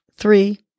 Three